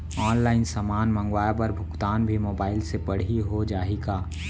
Online समान मंगवाय बर भुगतान भी मोबाइल से पड़ही हो जाही का?